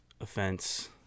offense